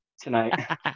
tonight